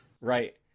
Right